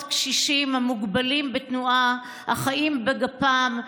קשישים המוגבלים בתנועה החיים בגפם,